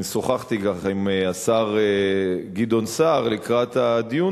שוחחתי עם השר גדעון סער לקראת הדיון